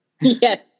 Yes